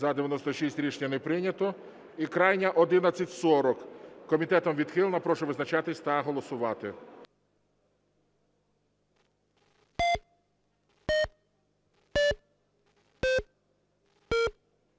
За-96 Рішення не прийнято. І крайня 1140. Комітетом відхилена. Прошу визначатися та голосувати.